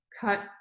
cut